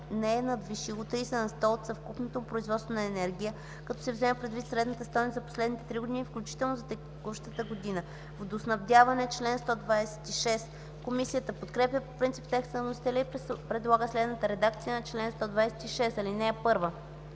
не е надвишило 30 на сто от съвкупното му производство на енергия, като се взема предвид средната стойност за последните три години, включително за текущата година.” „Водоснабдяване” – чл. 126. Комисията подкрепя по принцип текста на вносителя и предлага следната редакция на чл. 126: „Водоснабдяване